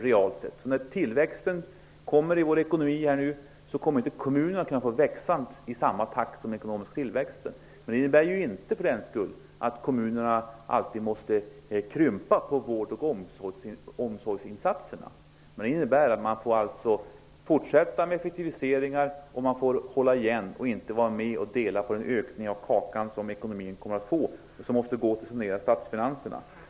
När det blir tillväxt i vår ekonomi kommer kommunerna inte att tillåtas växa i samma takt som ekonomin. Det innebär för den skull inte att kommunerna alltid måste krympa vård och omsorgsinsatserna. Det innebär att man får fortsätta med att effektivisera och hålla igen och att man inte får vara med och dela på den ökning av kakan som kommer att bli. Den måste gå till att sanera statsfinanserna.